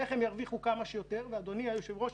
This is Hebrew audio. אדוני היושב-ראש,